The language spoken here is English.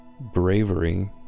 Bravery